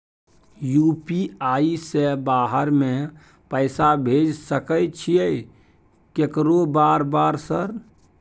UPI से बाहर में पैसा भेज सकय छीयै केकरो बार बार सर?